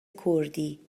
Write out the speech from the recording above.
کردی